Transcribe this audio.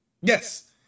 Yes